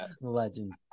legend